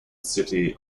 city